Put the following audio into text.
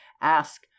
ask